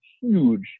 huge